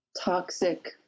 toxic